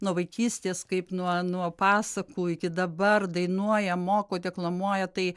nuo vaikystės kaip nuo nuo pasakų iki dabar dainuoja moko deklamuoja tai